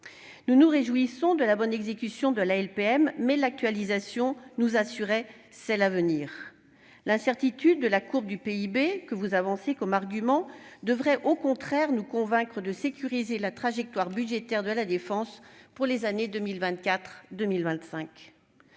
Nous nous réjouissons de la bonne exécution de la LPM, mais l'actualisation nous aurait offert des garanties concernant l'exécution à venir. L'incertitude de la courbe du PIB, que vous avancez comme argument, devrait au contraire nous convaincre de sécuriser la trajectoire budgétaire de la défense pour les années 2024 et 2025.